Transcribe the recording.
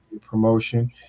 promotion